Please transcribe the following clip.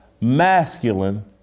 masculine